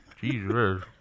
Jesus